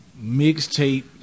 mixtape